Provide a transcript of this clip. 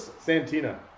Santina